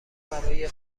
برای